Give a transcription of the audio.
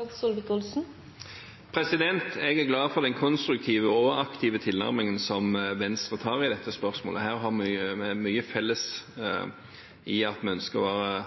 Jeg er glad for den konstruktive og aktive tilnærmingen som Venstre tar i dette spørsmålet. Her har vi mye felles ved at vi ønsker å være